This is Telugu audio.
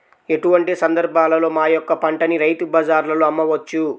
ఎటువంటి సందర్బాలలో మా యొక్క పంటని రైతు బజార్లలో అమ్మవచ్చు?